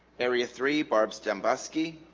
area three barb's demboski